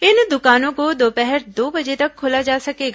इन दुकानों को दोपहर दो बजे तक खोला जा सकेगा